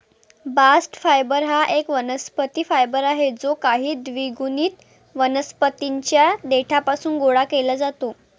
bast fibre हा एक वनस्पती फायबर आहे जो काही द्विगुणित वनस्पतीं च्या देठापासून गोळा केला जातो